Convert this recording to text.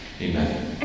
Amen